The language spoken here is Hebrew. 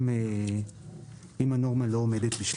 אם הנורמה לא עומדת בשלב